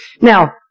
Now